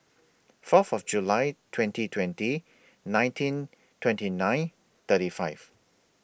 Fourth of July twenty twenty nineteen twenty nine thirty five